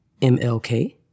MLK